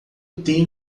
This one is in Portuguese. tenho